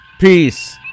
peace